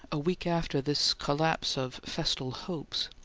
a week after this collapse of festal hopes,